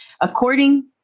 according